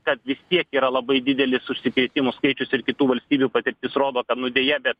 kad vis tiek yra labai didelis užsikrėtimų skaičius ir kitų valstybių patirtis rodo kad deja bet